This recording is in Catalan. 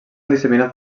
disseminat